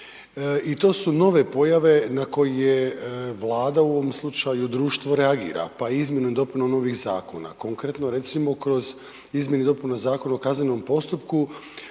i to su nove pojave na koje Vlada u ovom slučaju, društvo, reagira pa izmjenom i dopunom ovih zakona. Konkretno, recimo kroz izmjene i dopune Zakona o kaznenom postupku,